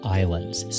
islands